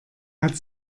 hatte